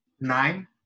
nine